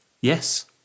Yes